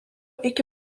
iki